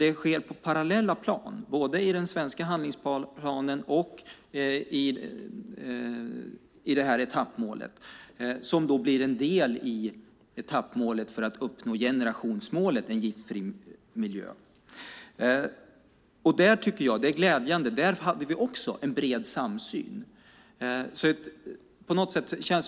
Detta sker alltså på parallella plan, både i den svenska handlingsplanen och i det här etappmålet som blir en del av etappmålet för att uppnå generationsmålet om en giftfri miljö. Där hade vi också en bred samsyn, vilket jag tycker är glädjande.